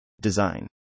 Design